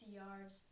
yards